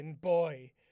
boy